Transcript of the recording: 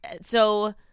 so-